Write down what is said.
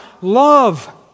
Love